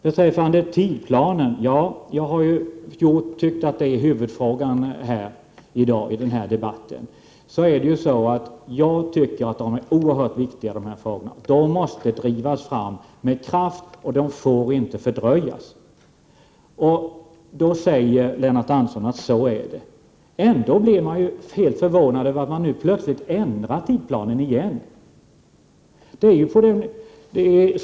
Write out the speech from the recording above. Jag har tyckt att tidsplanen är huvudfrågan i dagens debatt. Jag tycker att de här sakfrågorna är oerhört viktiga. De måste drivas fram med kraft, och handläggningen av dem får inte fördröjas. Lennart Andersson säger att så är fallet. Jag blir då förvånad över att man nu plötsligt ändrar tidsplanen igen.